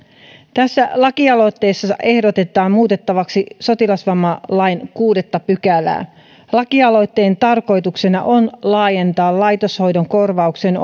tässä lakialoitteessa ehdotetaan muutettavaksi sotilasvammalain kuudetta pykälää lakialoitteen tarkoituksena on laajentaa laitoshoidon korvaukseen